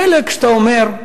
מילא כשאתה אומר,